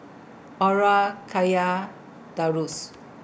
Aura Kya Darrius